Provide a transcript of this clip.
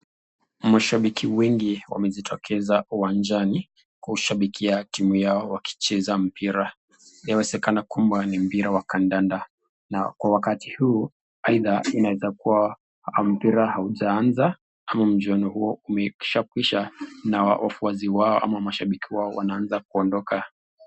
Mashabiki wengi wamejitokeza uwanjani kushabikia timu yao wakicheza mpira. Yawezekana kwamba ni mpira wa kandanda. Na kwa wakati huu aidha inaweza kuwa mpira haujaanza ama mchezo huo umeshakwisha na wafuasi wao ama mashabiki wao wanaanza kuondoka.